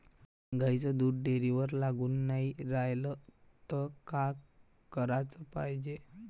गाईचं दूध डेअरीवर लागून नाई रायलं त का कराच पायजे?